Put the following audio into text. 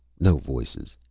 no voices,